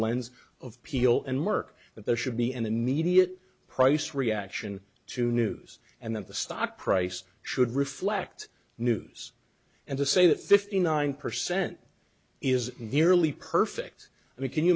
lens of peel and work that there should be an immediate price reaction to news and then the stock price should reflect news and to say that fifty nine percent is nearly perfect i mean can you